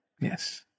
Yes